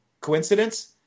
Coincidence